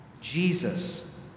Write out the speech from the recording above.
Jesus